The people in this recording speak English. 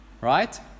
Right